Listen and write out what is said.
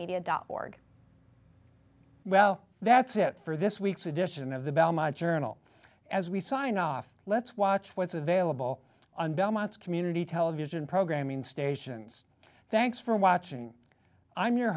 media dot org well that's it for this week's edition of the belmont journal as we sign off let's watch what's available on belmont's community television programming stations thanks for watching i'm your